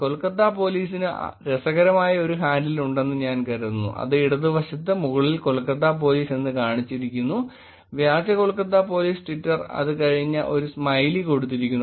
കൊൽക്കത്ത പോലീസിന് രസകരമായ ഒരു ഹാൻഡിൽ ഉണ്ടെന്ന് ഞാൻ കരുതുന്നു അത് ഇടതുവശത്ത് മുകളിൽ കൊൽക്കത്ത പോലീസ് എന്ന് കാണിച്ചിരിക്കുന്നു വ്യാജ കൊൽക്കത്ത പോലീസ് ട്വിറ്റർ അത് കഴിഞ്ഞ ഒരു സ്മൈലി കൊടുത്തിരിക്കുന്നു